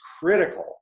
critical